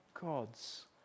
God's